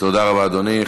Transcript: תודה רבה, אדוני.